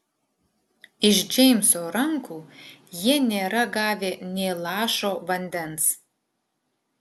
iš džeimso rankų jie nėra gavę nė lašo vandens